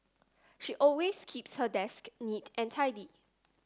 she always keeps her desk neat and tidy